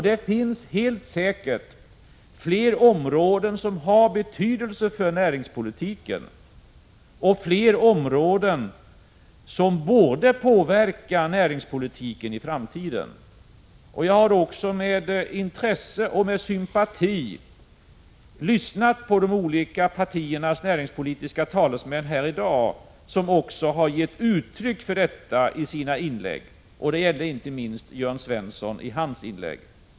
Det finns helt säkert fler områden som har betydelse för näringspolitiken och fler områden som påverkar näringspolitiken i framtiden. Jag har också med intresse och sympati lyssnat på de olika partiernas näringspolitiska talesmän här i dag, och de har gett uttryck för detta i sina inlägg. Det gäller inte minst Jörn Svensson.